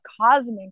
cosmic